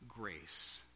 grace